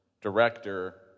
director